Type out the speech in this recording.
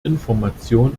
information